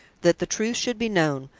that the truth should be known,